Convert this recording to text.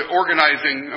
organizing